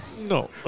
No